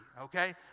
okay